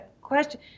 question